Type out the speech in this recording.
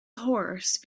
horse